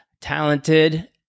talented